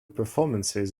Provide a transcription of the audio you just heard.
performances